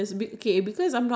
those things